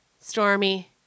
stormy